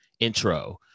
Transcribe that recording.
Intro